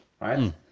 right